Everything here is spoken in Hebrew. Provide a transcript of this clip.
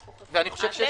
לא מתבייש לומר את זה.